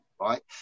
right